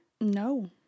No